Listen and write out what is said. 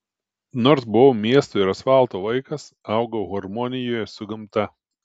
nors buvau miesto ir asfalto vaikas augau harmonijoje su gamta